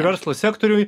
verslo sektoriuj